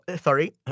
sorry